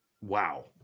wow